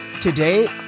Today